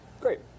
great